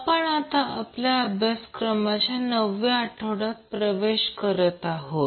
आपण आता आपल्या अभ्यासक्रमाच्या नवव्या आठवड्यात प्रवेश करत आहोत